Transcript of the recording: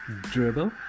dribble